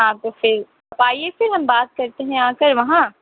ہاں کو پھر آئیے پھر ہم بات کرتے ہیں آ کر وہاں